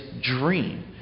dream